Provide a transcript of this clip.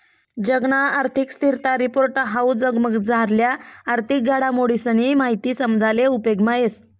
जगना आर्थिक स्थिरता रिपोर्ट हाऊ जगमझारल्या आर्थिक घडामोडीसनी माहिती समजाले उपेगमा येस